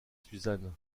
suzanne